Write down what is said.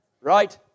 right